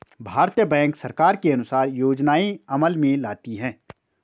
भारतीय बैंक सरकार के अनुसार योजनाएं अमल में लाती है